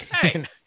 hey